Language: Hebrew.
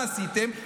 מה עשיתם?